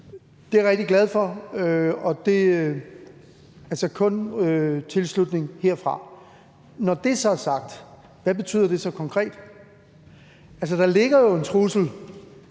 Det er jeg rigtig glad for; altså kun tilslutning herfra. Når det så er sagt, hvad betyder det så konkret? Altså, der ligger jo en trussel